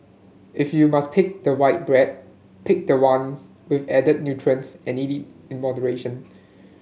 if you must pick the white bread pick the one with added nutrients and eat it in moderation